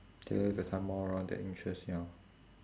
tailor the time more around their interest ya